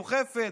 דוחפת.